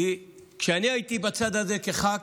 כי כשאני הייתי בצד הזה כח"כ,